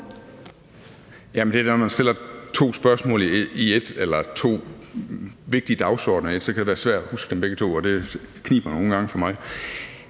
Jamen når man stiller to spørgsmål i ét, eller spørger om to vigtige dagsordener i ét spørgsmål, kan det være svært at huske begge to, og det kniber nogle gange for mig.